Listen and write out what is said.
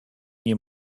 nie